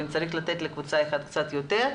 ואם צריך לתת לקבוצה אחת קצת יותר,